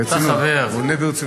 למה הוא, הוא עונה ברצינות.